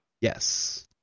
yes